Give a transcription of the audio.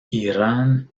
irán